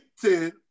Ten